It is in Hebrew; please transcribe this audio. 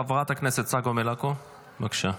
חברת הכנסת צגה מלקו, בבקשה.